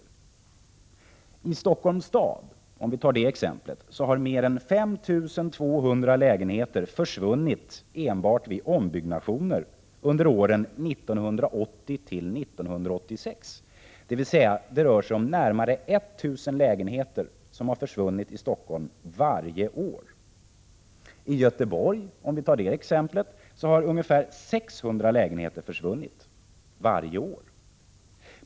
26 maj 1987 I Stockholms stad, om vi tar det exemplet, har mer än 5 200 lägenheter försvunnit vid ombyggnationer under åren 1980 till 1986, dvs. närmare 1 000 lägenheter har försvunnit i Stockholm — varje år! I Göteborg, om vi tar det exemplet, har ungefär 600 lägenheter försvunnit - varje år.